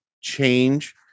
change